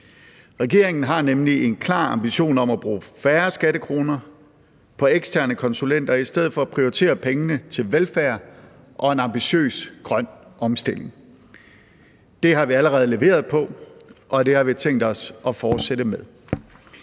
Regeringen har nemlig en klar ambition om at bruge færre skattekroner på eksterne konsulenter og i stedet for at prioritere pengene til velfærd og en seriøs grøn omstilling. Det har vi allerede leveret på, og det har vi tænkt os at fortsætte med.